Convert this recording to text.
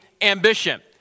ambition